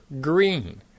green